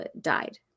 died